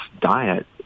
diet